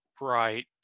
right